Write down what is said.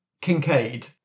Kincaid